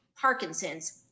Parkinson's